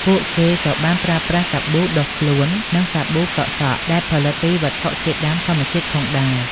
ពួកគេក៏បានប្រើប្រាស់សាប៊ូដុសខ្លួន និងសាប៊ូកក់សក់ដែលផលិតពីវត្ថុធាតុដើមធម្មជាតិផងដែរ។